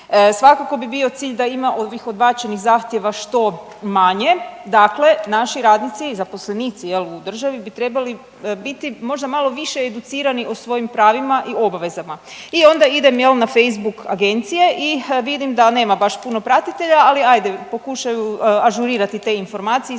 Svakako bi bio cilj da ima ovih odbačenih zahtjeva što manje, dakle naši radnici i zaposlenici u državi bi trebali biti možda malo više educirani o svojim pravima i obvezama. I onda idem, je li, na Facebook Agencije i vidim da nema baš puno pratitelja, ali ajde, pokušaju ažurirati te informacije, između